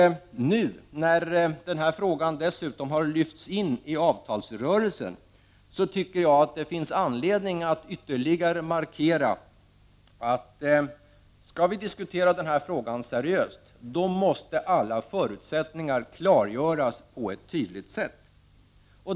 Nu när denna fråga dessutom har lyfts in i avtalsrörelsen tycker jag, om vi skall diskutera denna fråga seriöst, att det finns anledning att ytterligare markera att alla förutsättningar måste klargöras på ett tydligt sätt.